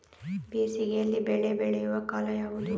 ಬೇಸಿಗೆ ಯಲ್ಲಿ ಬೆಳೆ ಬೆಳೆಯುವ ಕಾಲ ಯಾವುದು?